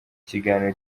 kiganiro